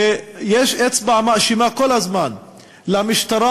ויש אצבע מאשימה כל הזמן אל המשטרה,